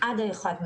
עד האחד בדצמבר.